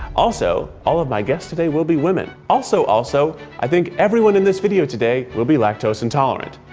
also, all of my guests today will be women. also, also, i think everyone in this video today will be lactose intolerant.